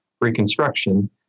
reconstruction